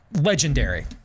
legendary